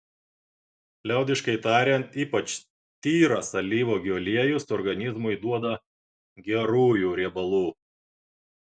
liaudiškai tariant ypač tyras alyvuogių aliejus organizmui duoda gerųjų riebalų